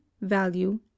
value